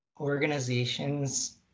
organizations